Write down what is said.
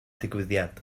digwyddiad